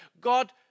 God